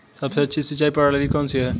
सबसे अच्छी सिंचाई प्रणाली कौन सी है?